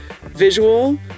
Visual